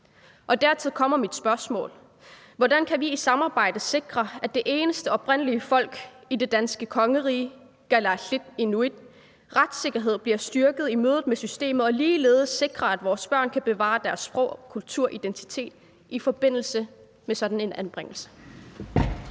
og derfor er mit spørgsmål: Hvordan kan vi i samarbejdet sikre, at retssikkerheden for det eneste oprindelige folk i det danske kongerige, kalaallit/inuit, bliver styrket i mødet med systemet, og ligeledes sikre, at vores børn kan bevare deres sprog, kultur og identitet i forbindelse med sådan en anbringelse?